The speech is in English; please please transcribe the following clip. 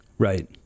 Right